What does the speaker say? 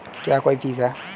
क्या कोई फीस है?